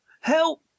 Help